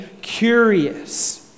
curious